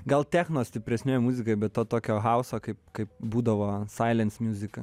gal techno stipresnioj muzikoj bet to tokio hauso kaip kaip būdavo sailens muzika